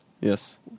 Yes